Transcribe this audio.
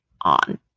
on